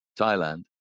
Thailand